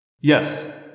Yes